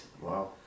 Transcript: Wow